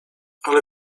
ale